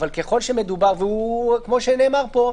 וכמו שנאמר פה,